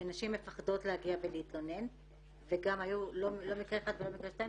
נשים מפחדות להגיע ולהתלונן וגם היו לא מקרה אחד ולא שניים